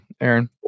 Aaron